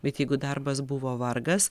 bet jeigu darbas buvo vargas